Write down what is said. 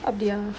அப்படியா:appadiyaa